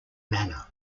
manner